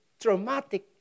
traumatic